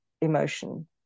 emotion